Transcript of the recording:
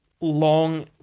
long